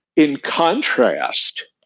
in contrast,